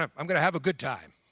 i'm going to have a good time.